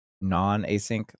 non-async